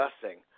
discussing